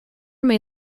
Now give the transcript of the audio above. may